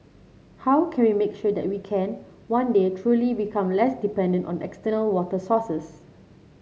how can we make sure that we can one day truly become less dependent on external water sources